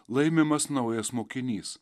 laimimas naujas mokinys